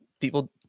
people